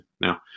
now